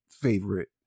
favorite